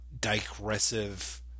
digressive